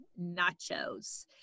nachos